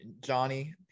Johnny